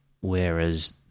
whereas